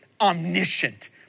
omniscient